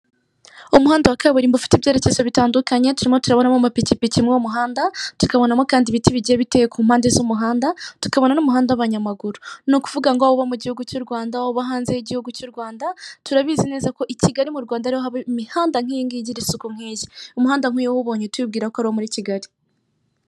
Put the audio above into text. umuhanda wa kaburimbo ufite ibyerekezo bitandukanye turimo turabona mo amapikipiki muri uwo muhanda tukabona kandi ibiti bigiye biteye ku mpande z'umuhanda tukabona n'umuhanda w'abanyamaguru. Ni ukuvuga ngo uba mu gihungu ry'urwanda waba uba hanze y'igihugu cy'u Rwanda turabizi neza ko i kigali mu Rwanda ariho haba imihanda nk'iyi ngiyi igira isuku nk'iyi. Umuhanda nk'uyu uwubonye uhita wibwira ko ari uwo muri kigali.